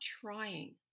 trying